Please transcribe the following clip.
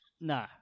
No